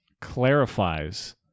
Clarifies